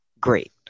Great